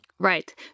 Right